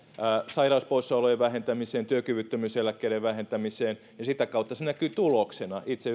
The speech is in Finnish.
sairauspoissaolojen vähentämiseen työkyvyttömyyseläkkeiden vähentämiseen ja sitä kautta se näkyy tuloksena itse